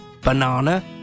banana